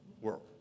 world